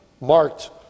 marked